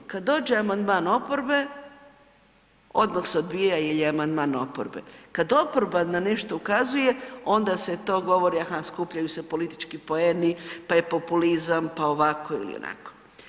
Kad dođe amandman oporbe odmah se odbija jer je amandman oporbe, kad oporba na nešto ukazuje onda se to govori, aha skupljaju se politički poeni, pa je populizam, pa ovako ili onako.